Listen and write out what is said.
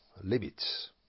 limits